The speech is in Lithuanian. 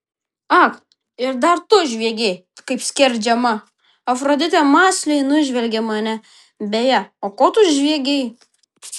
ak ir dar tu žviegei kaip skerdžiama afroditė mąsliai nužvelgė mane beje o ko tu žviegei